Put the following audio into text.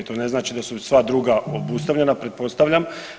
To ne znači da su i sva druga obustavljena, pretpostavljam.